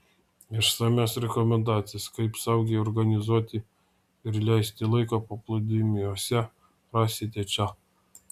išsamias rekomendacijas kaip saugiai organizuoti ir leisti laiką paplūdimiuose rasite čia